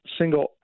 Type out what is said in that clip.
single